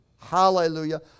Hallelujah